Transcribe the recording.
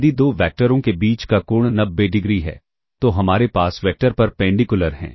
यदि दो वैक्टरों के बीच का कोण 90 डिग्री है तो हमारे पास वेक्टर परपेंडिकुलर हैं